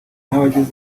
nk’abagize